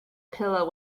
pillow